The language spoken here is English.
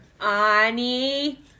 Annie